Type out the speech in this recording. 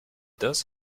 does